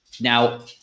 Now